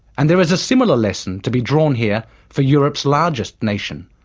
and there is a similar lesson to be drawn here for europe's largest nation.